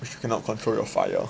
which you cannot control your fire